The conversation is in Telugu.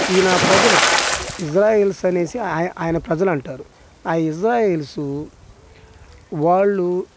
ఈ నా ప్రజలు ఇజ్రాయలైట్స్ అనేసి ఆయన ప్రజలు అంటారు ఆ ఇజ్రాయిలైట్స్ వాళ్ళు